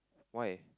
why